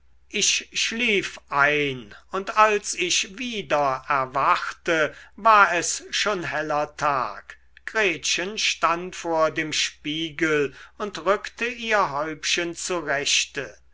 ich schlief ein und als ich wieder erwachte war es schon heller tag gretchen stand vor dem spiegel und rückte ihr häubchen zurechte